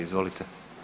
Izvolite.